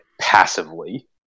passively